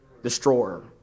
Destroyer